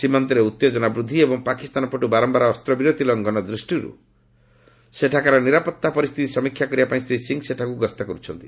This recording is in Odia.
ସୀମାନ୍ତରେ ଉତ୍ତେଜନା ବୃଦ୍ଧି ଏବଂ ପାକିସ୍ତାନ ପଟୁ ବାରମ୍ଭାର ଅସ୍ତ୍ରବିରତି ଲଂଘନ ଦୃଷ୍ଟିରୁ ସେଠାକାର ନିରାପତ୍ତା ପରିସ୍ଥିତି ସମୀକ୍ଷା କରିବା ପାଇଁ ଶ୍ରୀ ସିଂ ସେଠାକୁ ଗସ୍ତ କରୁଛନ୍ତି